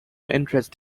interest